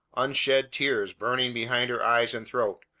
unshed tears burning behind her eyes and throat,